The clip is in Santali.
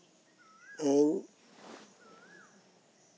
ᱤᱧ